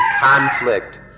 conflict